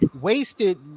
wasted